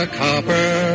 copper